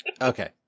Okay